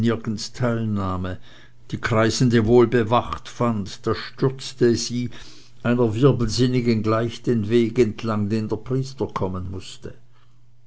teilnahme die kreißende wohl bewacht fand da stürzte sie einer wirbelsinnigen gleich den weg entlang den der priester kommen mußte